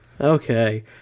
Okay